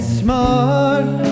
smart